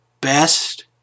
best